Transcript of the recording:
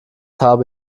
habe